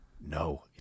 No